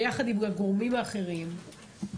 ביחד עם הגורמים האחרים,